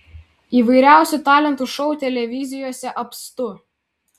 įvairiausių talentų šou televizijose apstu